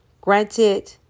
granted